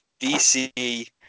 DC